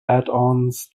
addons